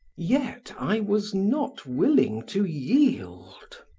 yet i was not willing to yield.